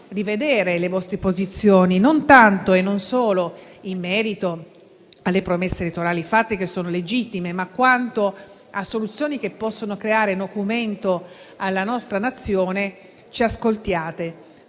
rivedere le vostre posizioni non tanto e non solo in merito alle promesse elettorali fatte, che sono legittime, quanto in relazione a soluzioni che possano creare nocumento alla nostra Nazione. Da